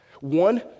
One